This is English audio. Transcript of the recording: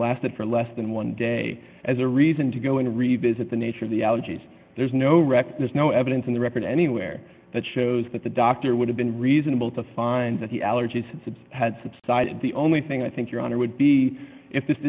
lasted for less than one day as a reason to go in to revisit the nature of the allergies there's no record there's no evidence in the record anywhere that shows that the doctor would have been reasonable to find that he allergies had subsided the only thing i think your honor would be if this